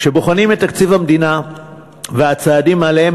כשבוחנים את תקציב המדינה והצעדים שעליהם